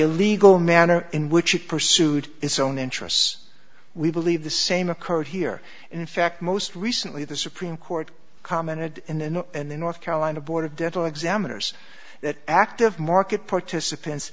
illegal manner in which it pursued its own interests we believe the same occurred here and in fact most recently the supreme court commented in an in the north carolina board of dental examiners that active market participants